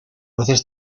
veces